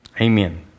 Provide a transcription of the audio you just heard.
Amen